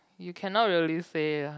you cannot really say lah